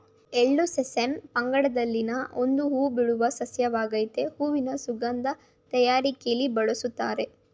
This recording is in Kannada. ಎಳ್ಳು ಸೆಸಮಮ್ ಪಂಗಡದಲ್ಲಿನ ಒಂದು ಹೂಬಿಡುವ ಸಸ್ಯವಾಗಾಯ್ತೆ ಹೂವಿನ ಸುಗಂಧ ತಯಾರಿಕೆಲಿ ಬಳುಸ್ತಾರೆ